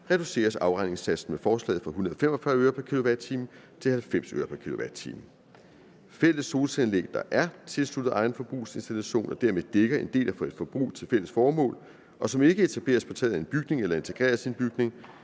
reduceres afregningssatsen med forslaget fra 145 øre pr. kilowatt-time til 90 øre pr. kilowatt-time. Fælles solcelleanlæg, der er tilsluttet egen forbrugsinstallation og dermed dækker en del af et forbrug til fælles formål, og som ikke etableres på taget af en bygning eller integreres i en bygning,